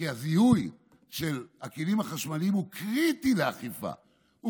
כי הזיהוי של הכלים החשמליים הוא קריטי לאכיפה,